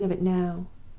writing of it now,